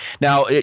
Now